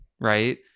right